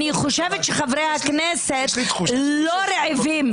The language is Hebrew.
אני חושבת שחברי הכנסת לא רעבים.